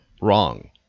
Wrong